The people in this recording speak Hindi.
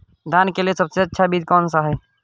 धान के लिए सबसे अच्छा बीज कौन सा है?